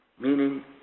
Meaning